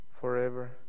forever